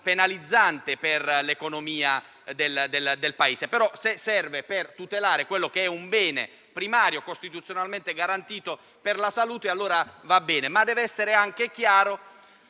penalizzante per l'economia del Paese. Ma, se serve per tutelare quello che è un bene primario e costituzionalmente garantito, come la salute, allora va bene. Ma deve essere chiaro